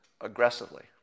aggressively